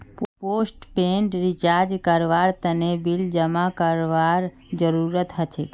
postpaid recharge करवार तने bill जमा करवार जरूरत हछेक